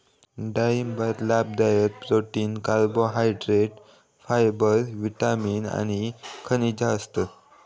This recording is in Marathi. डाळिंबात लाभदायक प्रोटीन, कार्बोहायड्रेट, फायबर, विटामिन आणि खनिजा असतत